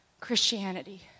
Christianity